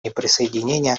неприсоединения